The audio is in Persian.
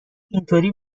اینطوری